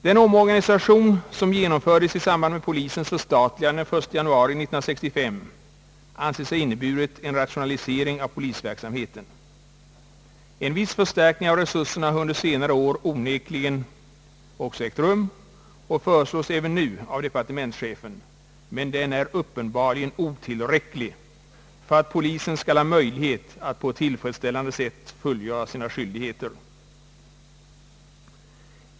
Den omorganisation som genomfördes i samband med polisens förstatligande den 1 januari 1965, anses ha inneburit en rationalisering av polisverksamheten. En viss förstärkning av resurserna har onekligen ägt rum under senare år och föreslås även nu av departementschefen, men den är uppenbarligen otillräcklig för att polisen skall ha möjlighet att fullgöra sina skyldigheter på ett tillfredsställande sätt.